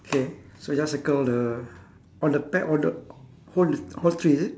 K so just circle all the all the pear all the whol~ whole tree is it